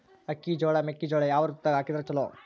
ಅಕ್ಕಿ, ಜೊಳ, ಮೆಕ್ಕಿಜೋಳ ಯಾವ ಋತುದಾಗ ಹಾಕಿದರ ಚಲೋ?